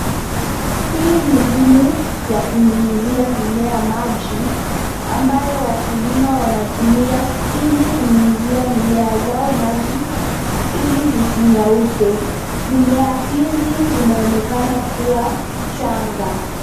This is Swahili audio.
Hii ni mbinu ya kunyunyizia mimea maji ambayo wakulima wanatumia ili kunyunyizia mimea zao maji ili zisinyauke. Mimea hizi zinaonekana kuwa changa.